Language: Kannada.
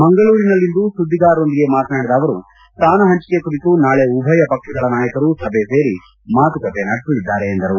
ಮಂಗಳೂರಿನಲ್ಲಿಂದು ಸುದ್ದಿಗಾರರೊಂದಿಗೆ ಮಾತನಾಡಿದ ಅವರು ಸ್ಥಾನ ಹಂಚಿಕೆ ಕುರಿತು ನಾಳೆ ಉಭಯ ಪಕ್ಷಗಳ ನಾಯಕರು ಸಭೆ ಸೇರಿ ಮಾತುಕತೆ ನಡೆಸಲಿದ್ದಾರೆ ಎಂದರು